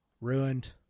Ruined